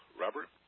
Robert